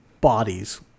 bodies